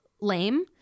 lame